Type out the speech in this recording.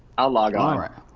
i'll log on.